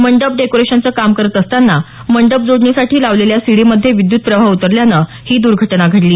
मंडप डेकोरेशनचं काम करत असताना मंडप जोडणीसाठी लावलेल्या सीडी मध्ये विद्यत प्रवाह उतरल्यानं ही द्घेटना घडली